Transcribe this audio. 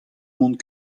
mont